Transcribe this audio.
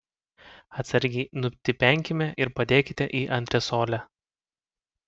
atsargiai nutipenkime ir padėkite į antresolę